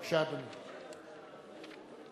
בבקשה, אדוני.